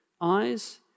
eyes